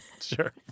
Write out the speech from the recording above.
Sure